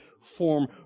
form